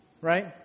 Right